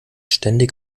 ständig